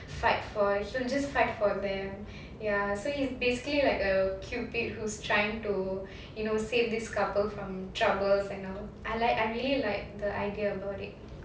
fight for he'll just fight for them ya so he's basically like a cupid who's trying to you know save this couple from troubles you know I like I really like the idea about it